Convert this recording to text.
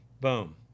Boom